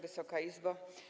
Wysoka Izbo!